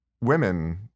women